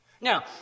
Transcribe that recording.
Now